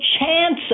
chance